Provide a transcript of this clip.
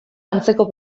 antzeko